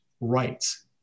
rights